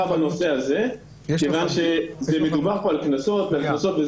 בנושא הזה כיוון שמדובר כאן על הכנסות.